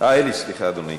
סליחה, אדוני.